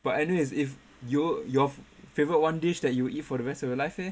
but anyways if you~ your favorite one dish that you will eat for the rest of your life leh